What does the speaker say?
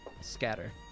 scatter